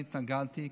ואני התנגדתי,